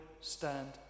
stand